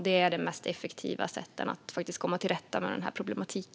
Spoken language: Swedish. Det är det mest effektiva sättet att komma till rätta med denna problematik.